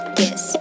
yes